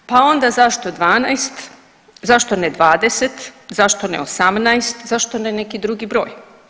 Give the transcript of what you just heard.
Pa onda zašto 12, zašto ne 20, zašto ne 18, zašto ne neki drugi broj.